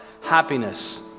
happiness